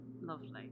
Lovely